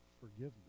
forgiveness